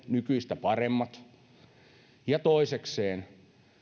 nykyistä paremmat mittarit siihen ja toisekseen